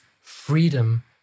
freedom